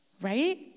right